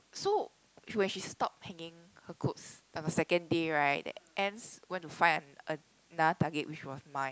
so when she stop hanging her clothes on the second day right the ants go to find a another target which was mine